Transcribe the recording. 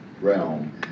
realm